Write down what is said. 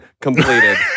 completed